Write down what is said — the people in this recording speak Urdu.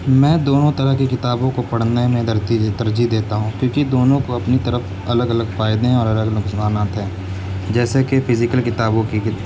میں دونوں طرح کی کتابوں کو پڑھنے میں ترجیح دیتا ہوں کیونکہ دونوں کو اپنی طرف الگ الگ فائدے ہیں اور الگ الگ نقصانات ہیں جیسے کہ فزیکل کتابوں کی